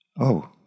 Oh